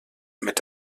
mit